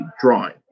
drawing